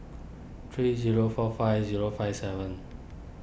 three zero four five zero five seven